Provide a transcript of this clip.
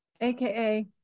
aka